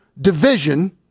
division